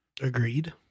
Agreed